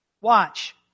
Watch